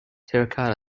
terracotta